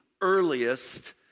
earliest